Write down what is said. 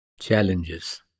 Challenges